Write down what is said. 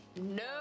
no